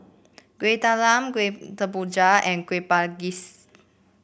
Kueh Talam Kuih Kemboja and Kueh Manggis